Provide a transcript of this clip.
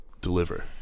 deliver